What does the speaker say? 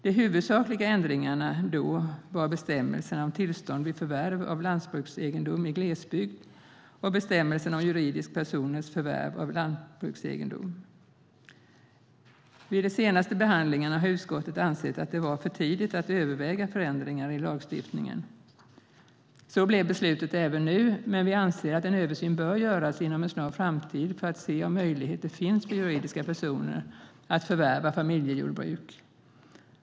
De huvudsakliga ändringarna då var bestämmelserna om tillstånd vid förvärv av lantbruksegendom i glesbygd och bestämmelserna om juridiska personers förvärv av lantbruksegendom. Vid de senaste behandlingarna har utskottet ansett att det var för tidigt att överväga förändringar i lagstiftningen. Så blev beslutet även nu, men vi anser att en översyn bör göras inom en snar framtid för att se om möjligheter finns för juridiska personer att förvärva familjejordbruk.